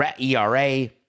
ERA